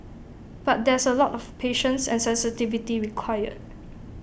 but there's A lot of patience and sensitivity required